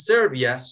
Serbia